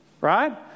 right